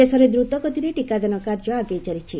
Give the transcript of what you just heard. ଦେଶରେ ଦ୍ରତଗତିରେ ଟିକାଦାନ କାର୍ଯ୍ୟ ଆଗେଇ ଚାଲିଛି